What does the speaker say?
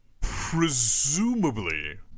Presumably